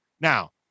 Now